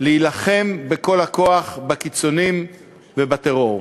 להילחם בכל הכוח בקיצונים ובטרור.